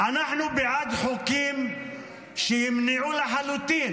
אנחנו בעד חוקים שימנעו לחלוטין